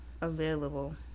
available